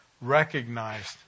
recognized